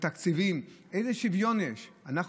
איזה שוויון יש בתקציבים?